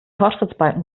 fortschrittsbalken